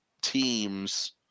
teams